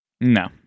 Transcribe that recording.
no